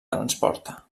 transporta